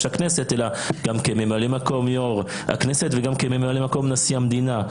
הכנסת אלא גם כממלא מקום יו"ר הכנסת וגם כממלא מקום נשיא המדינה,